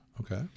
Okay